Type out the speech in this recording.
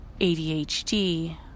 ADHD